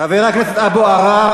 חבר הכנסת אבו עראר,